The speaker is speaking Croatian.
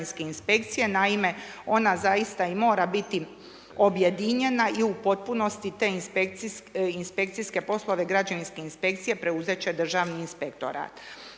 naime, ona zaista i mora biti objedinjena, i u potpunosti te inspekcijske poslove građevinske inspekcije preuzet će državni inspektorat.